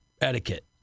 etiquette